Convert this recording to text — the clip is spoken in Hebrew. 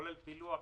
כולל פילוח,